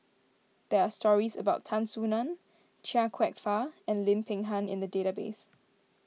there are stories about Tan Soo Nan Chia Kwek Fah and Lim Peng Han in the database